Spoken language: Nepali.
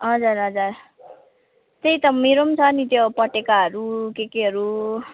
हजुर हजुर त्यही त मेरो पनि छ नि त्यो पटेकाहरू के केहरू